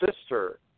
sister